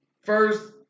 first